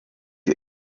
you